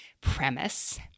premise